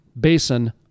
Basin